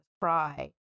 cry